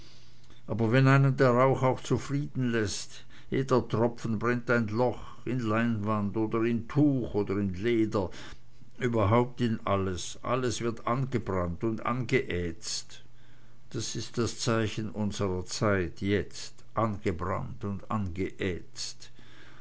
aber wenn einen der rauch auch zufrieden läßt jeder tropfen brennt ein loch in leinwand oder in tuch oder in leder überhaupt in alles alles wird angebrannt und angeätzt das ist das zeichen unsrer zeit jetzt angebrannt und angeätzt